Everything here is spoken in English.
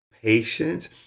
patience